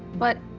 but